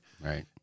right